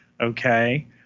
okay